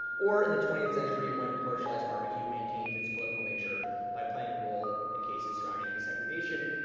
or in the twentieth century when commercialized barbecue maintained its political nature by playing a role in cases surrounding desegregation,